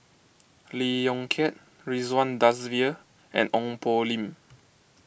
Lee Yong Kiat Ridzwan Dzafir and Ong Poh Lim